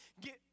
get